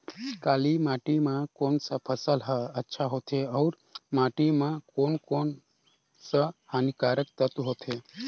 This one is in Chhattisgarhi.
काली माटी मां कोन सा फसल ह अच्छा होथे अउर माटी म कोन कोन स हानिकारक तत्व होथे?